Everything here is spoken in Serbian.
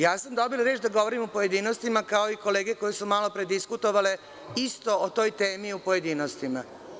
ja sam dobila reč da govorim u pojedinostima kao i kolege koje su malopre diskutovale isto o toj temi u pojedinostima.